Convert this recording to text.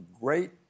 great